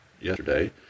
yesterday